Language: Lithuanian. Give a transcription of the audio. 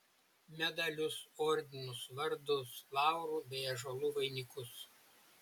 medalius ordinus vardus laurų bei ąžuolų vainikus